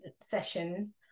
sessions